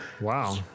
Wow